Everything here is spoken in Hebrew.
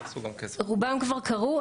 רובם כבר קרו.